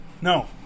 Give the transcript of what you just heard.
No